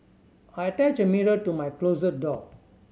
I attached a mirror to my closet door